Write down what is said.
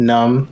Numb